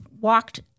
walked